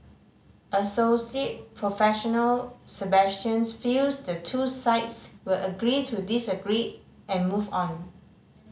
Assoc Prof Sebastian's feels the two sides will agree to disagree and move on